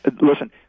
listen